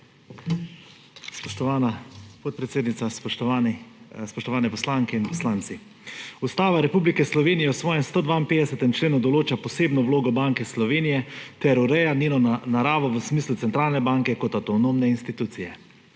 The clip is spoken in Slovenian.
Spoštovana podpredsednica, spoštovani poslanke in poslanci! Ustava Republike Slovenije v svojem 152. členu določa posebno vlogo Banke Slovenije ter ureja njeno naravo v smislu centralne banke kot avtonomne institucije.